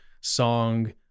song